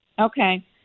Okay